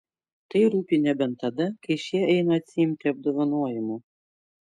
tai rūpi nebent tada kai šie eina atsiimti apdovanojimų